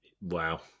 Wow